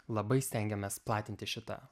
labai stengiamės platinti šitą